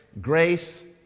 Grace